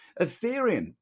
Ethereum